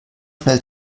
schnell